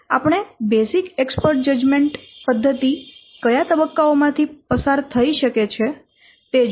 આપણે basic expert judgment પદ્ધતિ કયા તબક્કાઓમાંથી પસાર થઈ શકે છે તે જોઈએ